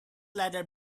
leather